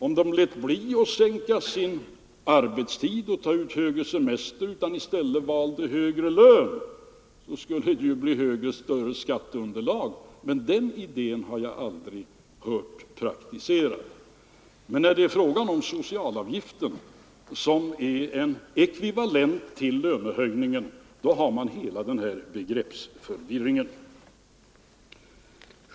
Om de lät bli att sänka sin arbetstid och ta ut längre semester och i stället valde högre lön, så skulle det ju bli större skatteunderlag.” Den idén har jag aldrig hört praktiserad, men när det är fråga om socialavgiften, som är en ekvivalent till lönehöjningen, har man hela den här begreppsförvirringen.